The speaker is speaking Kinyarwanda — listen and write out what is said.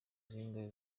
zingahe